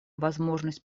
возможность